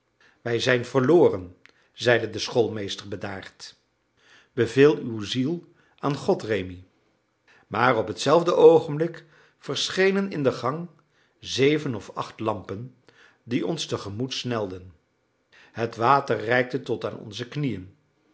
wij zijn verloren zeide de schoolmeester bedaard beveel uw ziel aan god rémi maar op hetzelfde oogenblik verschenen in de gang zeven of acht lampen die ons tegemoet snelden het water reikte tot aan onze knieën